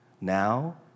now